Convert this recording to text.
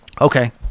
Okay